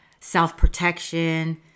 self-protection